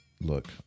look